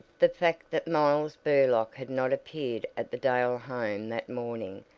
the fact that miles burlock had not appeared at the dale home that morning,